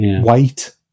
weight